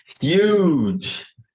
Huge